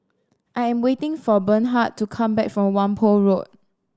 I am waiting for Bernhard to come back from Whampoa Road